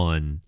One